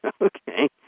okay